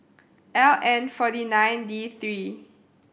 L N forty nine D three